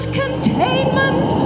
containment